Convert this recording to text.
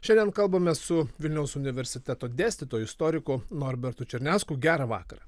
šiandien kalbame su vilniaus universiteto dėstytoju istoriku norbertu černiausku gerą vakarą